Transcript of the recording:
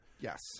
yes